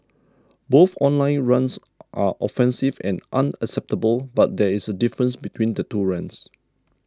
both online rants are offensive and unacceptable but there is a difference between the two rants